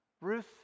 Ruth